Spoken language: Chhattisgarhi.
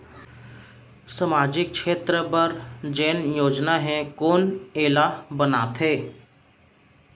सामाजिक क्षेत्र बर जेन योजना हे कोन एला बनाथे?